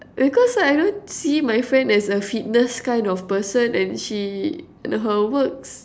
because I don't see my friend as a fitness kind of person and she her works